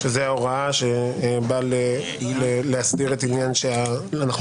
זאת ההוראה שבאה להסדיר את העניין שאנחנו